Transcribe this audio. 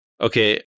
okay